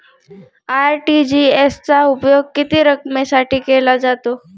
RTGS चा उपयोग किती रकमेसाठी केला जातो?